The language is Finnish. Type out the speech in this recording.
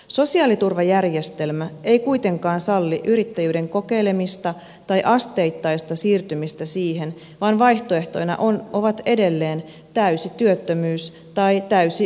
sosiaaliturvajärjestelmä ei kuitenkaan salli yrittäjyyden kokeilemista tai asteittaista siirtymistä siihen vaan vaihtoehtoina ovat edelleen täysi työttömyys tai täysi yrittäjyys